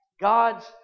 God's